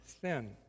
sin